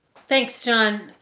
thanks, john.